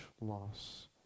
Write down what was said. loss